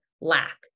lack